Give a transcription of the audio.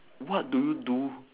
what do you do